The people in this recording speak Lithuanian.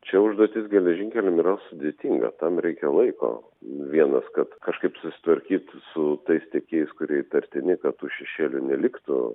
čia užduotis geležinkeliams yra sudėtinga tam reikia laiko vienas kad kažkaip susitvarkyti su tais tiekėjais kurie įtartini kad tų šešėlių neliktų